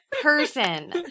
person